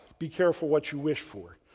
be careful what you wish for.